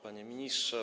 Panie Ministrze!